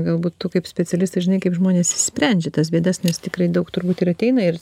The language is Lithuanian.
galbūt tu kaip specialistė žinai kaip žmonės išsprendžia tas bėdas nes tikrai daug turbūt ir ateina ir